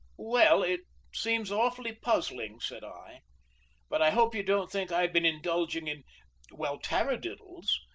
well, it seems awfully puzzling, said i but i hope you don't think i have been indulging in well, tarradiddles.